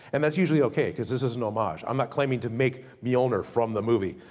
and that's usually okay, cause this is an homage. i'm not claiming to make mjolnir from the movie.